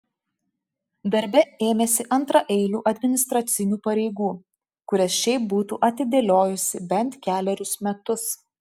darbe ėmėsi antraeilių administracinių pareigų kurias šiaip būtų atidėliojusi bent kelerius metus